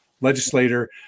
legislator